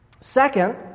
Second